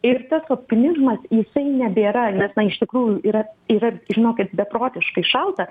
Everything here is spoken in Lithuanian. ir tas optimizmas jisai nebėra nes iš tikrųjų yra yra žinokit beprotiškai šalta